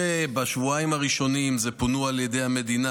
בשבועיים הראשונים פונו על ידי המדינה,